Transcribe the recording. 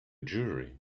jury